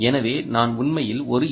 எனவே நான் உண்மையில் ஒரு எல்